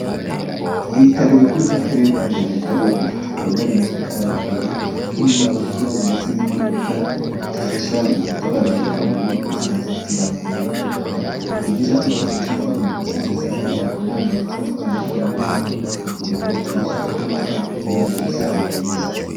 Ibitaro bikuru by'Akarere ka Nyagatare bifite ibikorwa remezo bitandukanye: nk'inyubako ndetse n'imodoka zifasha mu gutwara abarwayi bayita imbangukiragutabara. Ni byiza ko twese tuba tugomba gusigasira ibikorwaremezo tuba twarahawe n'Igihugu kugira ngo tubashe kuba twagira ubuzima bwiza.